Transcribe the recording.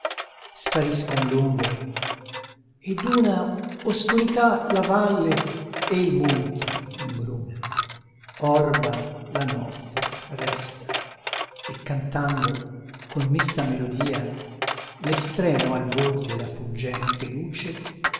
mondo spariscon l'ombre ed una oscurità la valle e il monte imbruna orba la notte resta e cantando con mesta melodia l'estremo albor della fuggente luce